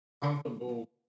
comfortable